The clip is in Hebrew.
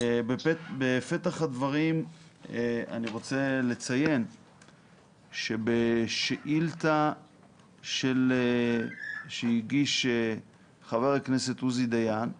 בפתח הדברים אני רוצה לציין שבשאילתה שהגיש חבר הכנסת עוזי דיין,